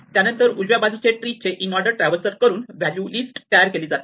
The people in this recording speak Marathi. त्यानंतर उजव्या बाजूच्या ट्री चे इनऑर्डर ट्रॅव्हल्सल करून व्हॅल्यू लिस्ट तयार केली जाते